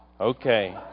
Okay